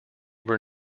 were